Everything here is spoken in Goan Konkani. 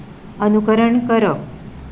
अनुकरण करप